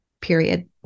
period